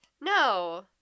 No